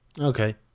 Okay